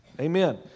Amen